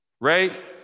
Ray